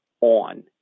on